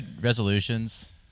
resolutions